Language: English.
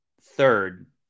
Third